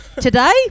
Today